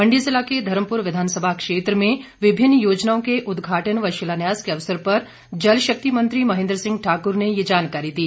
मंडी जिला के धर्मपुर विधानसभा क्षेत्र में विभिन्न योजनाओं के उद्घाटन व शिलान्यास के अवसर पर जलशक्ति मंत्री महेंद्र सिंह ठाकुर ने ये जानकारी दी